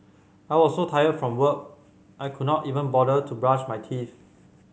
I was so tired from work I could not even bother to brush my teeth